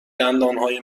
دندانهای